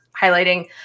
highlighting